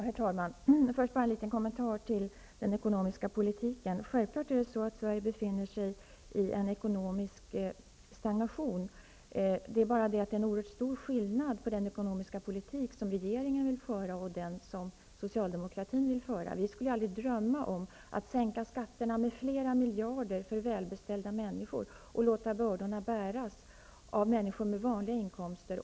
Herr talman! Först vill jag kommentera frågan om den ekonomiska politiken. Det är självklart att Sveriges ekonomi har stagnerat. Men det är en oerhört stor skillnad på den ekonomiska politik som regeringen vill föra och den som Socialdemokraterna vill föra. Vi socialdemokrater skulle aldrig drömma om att sänka skatterna med flera miljarder för välbeställda människor och låta bördorna bäras av barnen och människor med vanliga inkomster.